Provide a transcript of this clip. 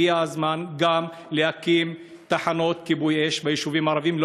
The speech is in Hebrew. הגיע הזמן להקים תחנות כיבוי אש גם ביישובים הערביים.